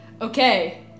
Okay